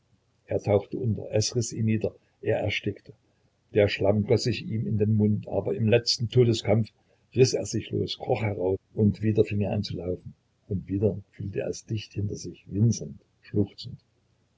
er tauchte unter es riß ihn nieder er erstickte der schlamm goß sich ihm in den mund aber im letzten todeskampfe riß er sich los kroch heraus und wieder fing er an zu laufen und wieder fühlte er es dicht hinter sich winselnd schluchzend